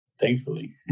Thankfully